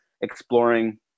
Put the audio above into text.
exploring